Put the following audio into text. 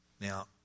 Now